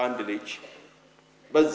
on the beach but